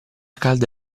calda